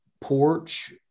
porch